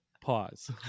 pause